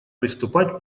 приступать